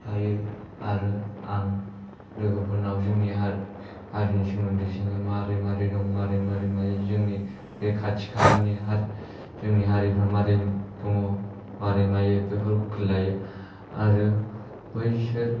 थायो आरो आं लोगोफोरनाव जोंनि हारि हारिनि सोमोन्दै जोङो मारै मारै दं मारै मारै मारै जोंनि बे खाथि खालानि हारि जोंनि हारिफ्रा मारै दङ मारै मायो बेफोरखौ खेल लायो आरो बैसोर